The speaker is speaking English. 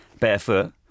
barefoot